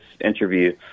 interview